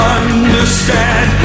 understand